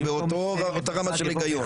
זה באותה רמה של היגיון.